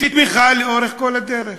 בתמיכה לאורך כל הדרך.